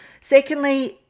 Secondly